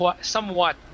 somewhat